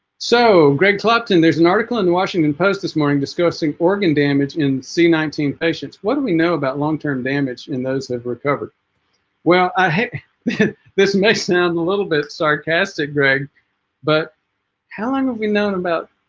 so greg clopton there's an article in the washington post this morning discussing organ damage in c nineteen patients what do we know about long-term damage and those have recovered well ah hey this may sound and a little bit sarcastic greg but how long have we known about